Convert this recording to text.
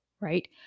right